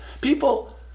people